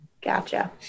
Gotcha